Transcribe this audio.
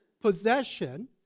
possession